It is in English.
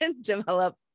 develop